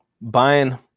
Buying